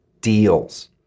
deals